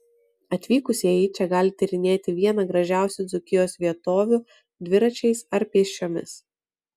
atvykusieji čia gali tyrinėti vieną gražiausių dzūkijos vietovių dviračiais ar pėsčiomis